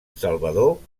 salvador